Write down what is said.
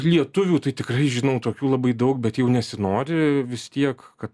lietuvių tai tikrai žinau tokių labai daug bet jau nesinori vis tiek kad